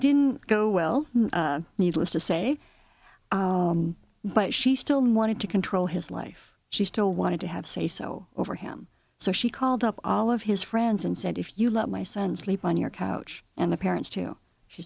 didn't go well needless to say but she still wanted to control his life she still wanted to have sayso over him so she called up all of his friends and said if you let my son sleep on your couch and the parents too she